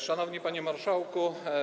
Szanowny Panie Marszałku!